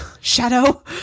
Shadow